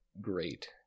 great